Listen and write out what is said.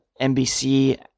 NBC